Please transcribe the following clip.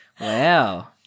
Wow